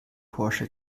porsche